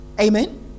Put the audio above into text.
Amen